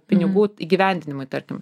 pinigų įgyvendinimui tarkim